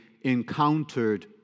encountered